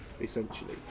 essentially